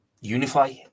unify